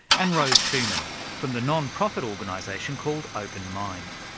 and rose shuman from the non-profit organisation called open mind.